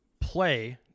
play